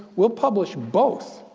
we'll publish both,